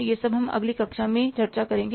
यह सब हम अगली कक्षा में चर्चा करेंगे